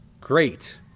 Great